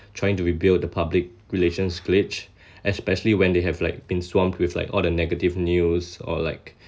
trying to rebuild the public relations glitch especially when they have like been swamped with like all the negative news or like